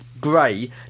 Gray